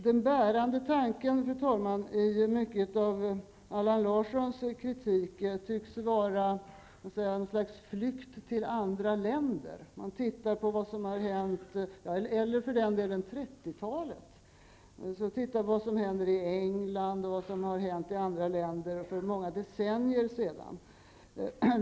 Den bärande tanken, fru talman, i mycket av Allan Larssons kritik tycks vara en slags flykt till andra länder och för den delen även till 30-talet. Han tittar på vad som händer i England och vad som har hänt i andra länder för många decennier sedan.